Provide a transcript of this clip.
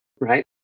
right